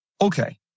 okay